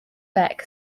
beck